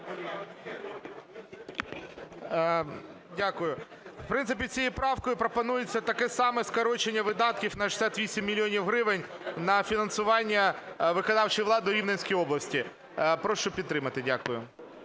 Дякую. В принципі, цією правкою пропонується таке саме скорочення видатків на 68 мільйонів гривень на фінансування виконавчої влади Рівненської області. Прошу підтримати. Дякую.